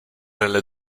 nelle